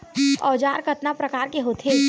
औजार कतना प्रकार के होथे?